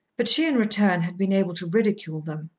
but she in return had been able to ridicule them.